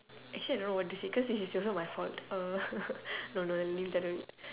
actually I don't know what to say cause this is also my fault uh no no leave that note